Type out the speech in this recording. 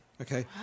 Okay